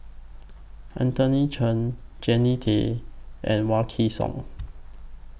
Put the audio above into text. Anthony Chen Jannie Tay and Wykidd Song